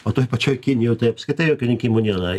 o toj pačioj kinijoj tai apskritai jokių rinkimų nėra